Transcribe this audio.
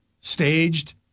staged